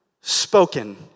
spoken